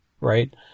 right